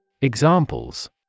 Examples